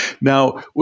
Now